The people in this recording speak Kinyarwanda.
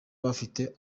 bafite